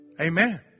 Amen